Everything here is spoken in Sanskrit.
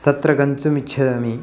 तत्र गन्तुमिच्छामि